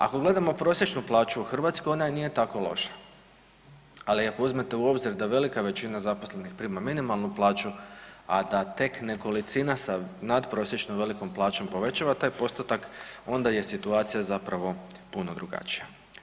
Ako gledamo prosječnu plaću u Hrvatskoj ona i nije tako loša, ali ako uzmete u obzir da velika većina zaposlenih prima minimalnu plaću, a da tek nekolicina s natprosječno velikom plaćom povećava taj postotak onda je situacija zapravo puno drugačija.